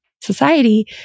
society